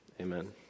amen